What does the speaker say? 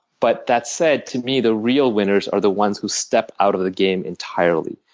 but that said, to me the real winners are the ones who step out of the game entirely,